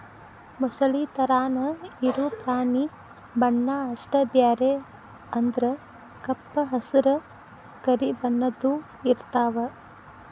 ಮೊಸಳಿ ತರಾನ ಇರು ಪ್ರಾಣಿ ಬಣ್ಣಾ ಅಷ್ಟ ಬ್ಯಾರೆ ಅಂದ್ರ ಕಪ್ಪ ಹಸರ, ಕರಿ ಬಣ್ಣದ್ದು ಇರತಾವ